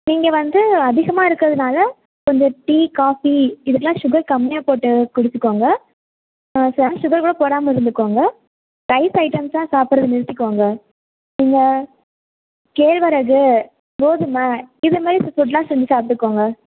நீங்கள் வந்து அதிகமாக இருக்கிறதுனால கொஞ்சம் டீ காஃபி இதெல்லாம் ஸுகர் கம்மியாக போட்டு குடிச்சிக்கோங்க ஆ சார் ஸுகர் கூட போடாமல் இருந்துக்கோங்க வெய்ட் ஐடம்ஸ்லான் சாப்றதை நிறுத்திக்கோங்க இந்த கேழ்வரகு கோதுமை இதமாதிரி செஞ்சு சாப்பிடுக்கோங்க